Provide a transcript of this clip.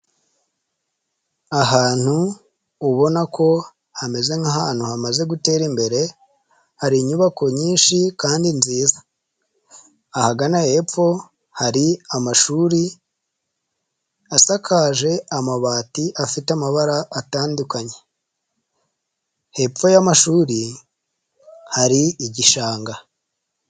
Ahantu ubona ko hameze nk'ahantu hamaze gutera imbere, hari inyubako nyinshi kandi nziza. Ahagana hepfo hari amashuri asakaje amabati afite amabara atandukanye. Hepfo y'amashuri hari igishanga.